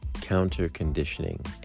counter-conditioning